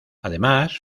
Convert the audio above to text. además